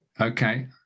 Okay